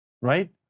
Right